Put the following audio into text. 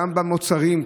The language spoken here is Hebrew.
גם במוצרים,